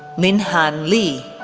linhan li,